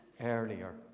earlier